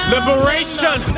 Liberation